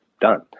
done